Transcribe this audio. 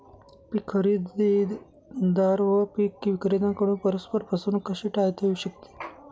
पीक खरेदीदार व पीक विक्रेत्यांकडून परस्पर फसवणूक कशी टाळता येऊ शकते?